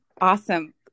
Awesome